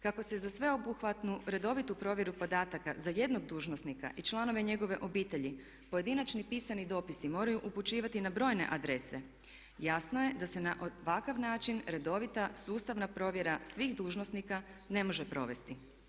Kako se za sveobuhvatnu redovitu provjeru podataka za jednog dužnosnika i članove njegove obitelji pojedinačni pisani dopisi moraju upućivati na brojne adrese jasno je da se na ovakav način redovita sustavna provjera svih dužnosnika ne može provesti.